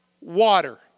water